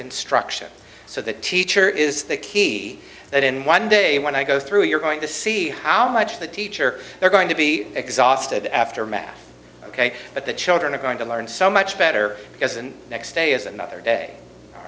instruction so the teacher is the key that in one day when i go through you're going to see how much the teacher they're going to be exhausted after math ok but the children are going to learn so much better because the next day is another day